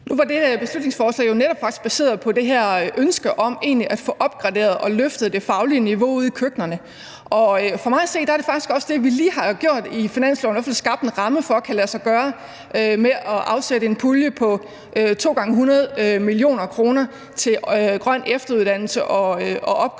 det beslutningsforslag jo faktisk netop baseret på det her ønske om at få opgraderet og løftet det faglige niveau ude i køkkenerne, og for mig at se er det faktisk også det, vi lige har gjort i finansloven, nemlig at få skabt en ramme for, at det kan lade sig gøre, ved at afsætte en pulje på to gange 100 mio. kr. til grøn efteruddannelse og opgradering.